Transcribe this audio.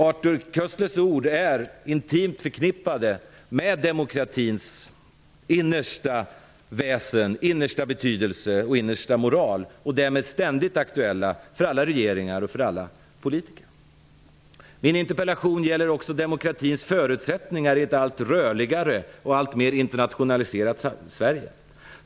Arthur Koestlers ord är intimt förknippade med demokratins innersta väsen, innersta betydelse och innersta moral och därmed ständigt aktuella för alla regeringar och för alla politiker. Min interpellation gäller också demokratins förutsättningar i ett allt rörligare och alltmer internationaliserat Sverige.